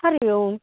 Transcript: Hari Om